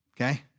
Okay